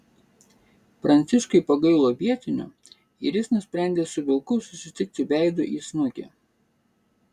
pranciškui pagailo vietinių ir jis nusprendė su vilku susitikti veidu į snukį